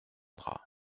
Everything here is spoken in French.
drap